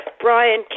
Brian